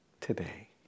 today